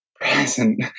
present